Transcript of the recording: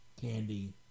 Candy